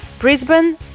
Brisbane